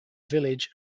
village